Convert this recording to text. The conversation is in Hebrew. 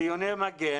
ציוני מגן